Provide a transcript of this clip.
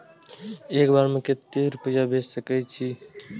एक बार में केते रूपया भेज सके छी?